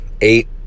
eight